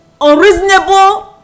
unreasonable